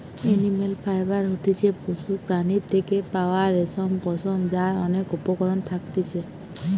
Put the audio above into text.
animal fibre হতিছে পশুর প্রাণীর থেকে পাওয়া রেশম, পশম যার অনেক উপকরণ থাকতিছে